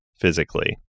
physically